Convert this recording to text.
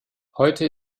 heute